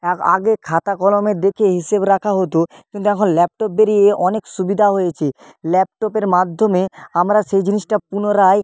এক আগে খাতা কলমে দেখে হিসেব রাখা হতো কিন্তু এখন ল্যাপটপ বেরিয়ে অনেক সুবিধা হয়েছে ল্যাপটপের মাধ্যমে আমরা সেই জিনিসটা পুনরায়